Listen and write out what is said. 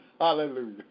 Hallelujah